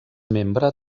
membre